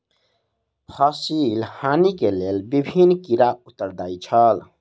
फसिल हानि के लेल विभिन्न कीड़ा उत्तरदायी छल